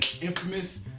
infamous